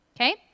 Okay